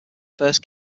first